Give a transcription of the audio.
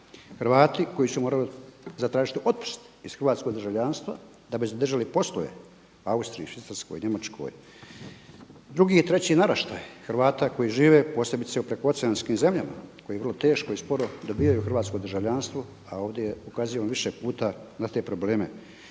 Hrvati koji su morali zatražiti otpust iz hrvatskog državljanstva da bi zadržali poslove u Austriji, Švicarskoj, Njemačkoj drugi i treći naraštaj Hrvata koji žive posebice u prekooceanskim zemljama, koji vrlo teško i sporo dobivaju hrvatsko državljanstvo, a ovdje je ukazivano više puta na te probleme.